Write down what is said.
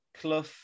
Clough